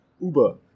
Uber